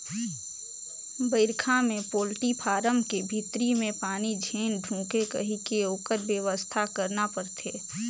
बइरखा में poultry farm के भीतरी में पानी झेन ढुंके कहिके ओखर बेवस्था करना परथे